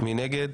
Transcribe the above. מי נגד?